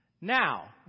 Now